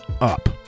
up